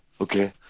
okay